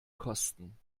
kosten